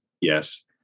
Yes